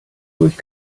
durch